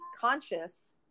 conscious